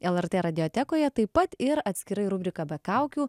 lrt radiotekoje taip pat ir atskirai rubrika be kaukių